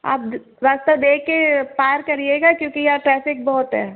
आप रास्ता देख के पार करिएगा क्योंकि यहाँ ट्रैफिक बहुत है